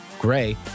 Gray